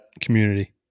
community